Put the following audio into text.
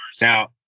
Now